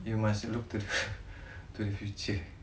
you must look to the to the future